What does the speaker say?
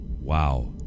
wow